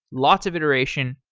lots of iteration,